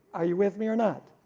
are you with me or not?